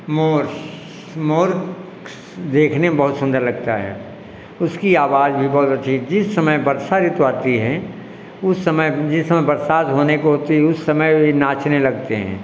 मोर मोर देखने में बहुत सुन्दर लगता है उसकी आवाज़ भी बहुत अच्छी है जिस समय वर्षा ऋतु आती है उस समय जिस समय बरसात होने को होती है उस समय यह नाचने लगते हैं